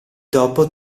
dopo